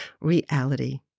reality